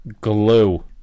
glue